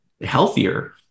healthier